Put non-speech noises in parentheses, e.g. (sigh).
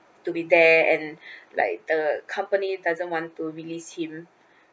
to be there and (breath) like the company doesn't want to release him